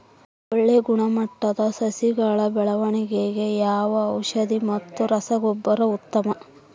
ಒಳ್ಳೆ ಗುಣಮಟ್ಟದ ಸಸಿಗಳ ಬೆಳವಣೆಗೆಗೆ ಯಾವ ಔಷಧಿ ಮತ್ತು ರಸಗೊಬ್ಬರ ಉತ್ತಮ?